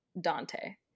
Dante